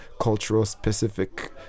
cultural-specific